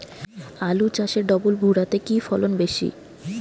আলু চাষে ডবল ভুরা তে কি ফলন বেশি?